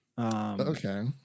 Okay